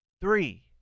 Three